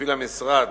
מפעיל המשרד,